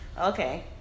Okay